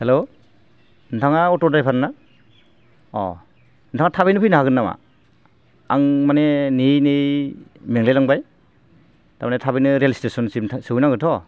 hello नोंथाङा अट' driver ना नोंथाङा थाबैनो फैनो हागोन नामा आं माने नेयै नेयै मेंलाय लांबाय थारमाने थाबैनो रेल स्टेसनसिम सौहैनांगौथ'